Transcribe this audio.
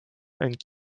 and